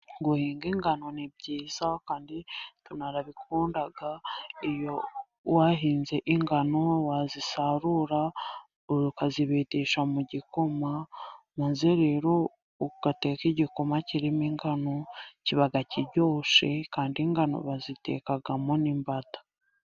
Guhinga ingano ni byiza kandi turanabikunda. Iyo wahinze ingano, wazisarura ukazibetesha mu gikoma, maze rero ugateka igikoma kirimo ingano, kiba kiryoshe. Kandi ingano bazitekamo n'imbada.